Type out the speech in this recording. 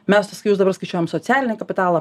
mes tai kai jūs dabar skaičiuojam socialinį kapitalą